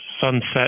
sunset